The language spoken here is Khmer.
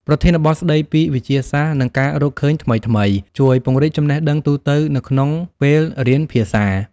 ប្រធានបទស្ដីពីវិទ្យាសាស្ត្រ និងការរកឃើញថ្មីៗ ជួយពង្រីកចំណេះដឹងទូទៅក្នុងពេលរៀនភាសា។